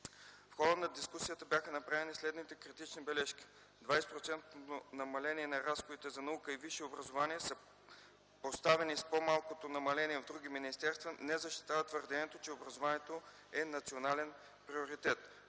В хода на дискусията бяха направени следните критични бележки: 20-процентното намаление на разходите за наука и висше образование, съпоставени с по-малкото намаление в други министерства, не защитават твърдението, че образованието е национален приоритет.